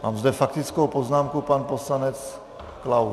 Mám zde faktickou poznámku pan poslanec Klaus.